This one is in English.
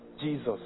Jesus